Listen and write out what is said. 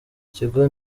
ikigo